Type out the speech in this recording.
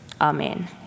Amen